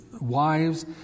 wives